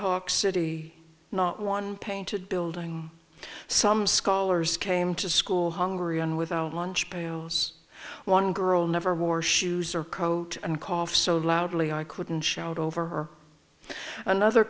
hawk city not one painted building some scholars came to school hungry and without lunch pails one girl never wore shoes or coat and cough so loudly i couldn't shout over her another